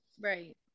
Right